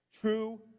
True